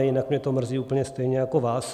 Jinak mě to mrzí úplně stejně jako vás.